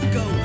go